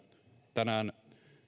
tänään